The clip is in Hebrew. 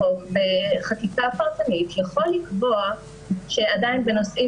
החוק בחקיקה פרטנית יכול לקבוע שעדיין בנושאים